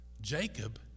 Jacob